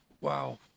wow